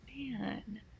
man